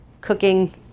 cooking